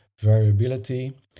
variability